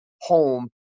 home